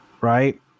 right